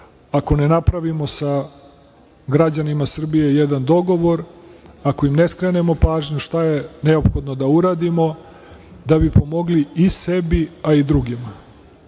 ako ne napravimo sa građanima Srbije jedan dogovor, ako im ne skrenemo pažnju šta je neophodno da uradimo da bi pomogli i sebi, a i drugima.